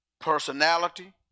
personality